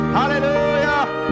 hallelujah